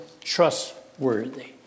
trustworthy